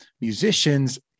Musicians